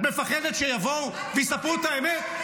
את מפחדת שיבואו ויספרו את האמת?